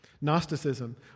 Gnosticism